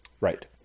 Right